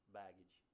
baggage